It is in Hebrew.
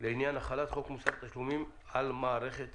לעניין החלת חוק מוסר התשלומים על מערכת הבריאות.